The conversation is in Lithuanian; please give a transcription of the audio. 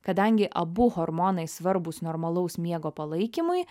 kadangi abu hormonai svarbūs normalaus miego palaikymui